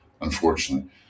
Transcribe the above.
unfortunately